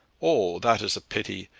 ah that is a pity.